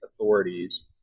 authorities